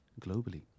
globally